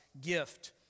gift